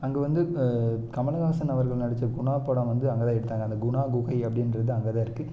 அங்கே வந்து கமலஹாசன் அவர்கள் நடிச்ச குணா படம் வந்து அங்க தான் எடுத்தாங்க அந்த குணா குகை அப்படின்றது அங்க தான் இருக்கு